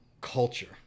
culture